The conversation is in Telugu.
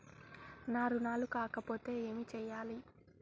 నా రుణాలు కాకపోతే ఏమి చేయాలి?